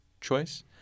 choice